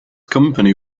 company